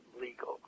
legal